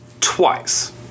Twice